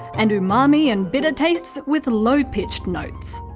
and umami and bitter tastes with low-pitched notes.